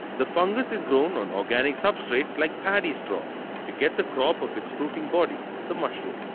the fungus is grown on organic substrates like paddy straw to get the crop of its fruiting body the mushroom.